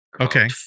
Okay